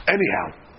Anyhow